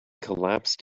collapsed